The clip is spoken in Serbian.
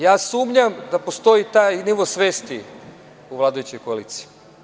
Ja sumnjam da postoji taj nivo svesti u vladajućoj koaliciji.